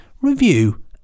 review